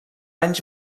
anys